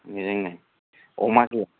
बेजोंनो अमा गैया